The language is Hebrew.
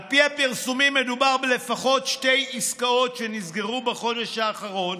על פי הפרסומים מדובר בלפחות שתי עסקאות שנסגרו בחודש האחרון,